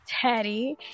Teddy